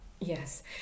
Yes